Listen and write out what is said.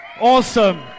awesome